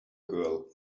girl